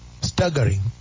staggering